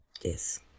Yes